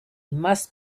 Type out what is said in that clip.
must